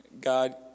God